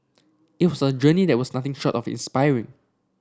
it was a journey that was nothing short of the inspiring